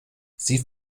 sie